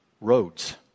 Roads